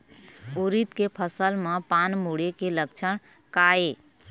उरीद के फसल म पान मुड़े के लक्षण का ये?